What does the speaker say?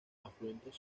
afluentes